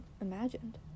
imagined